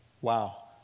wow